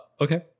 Okay